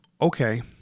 Okay